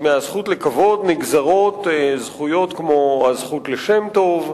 מהזכות לכבוד נגזרות זכויות כמו הזכות לשם טוב,